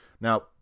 Now